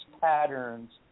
patterns